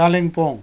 Kalimpong